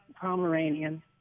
Pomeranian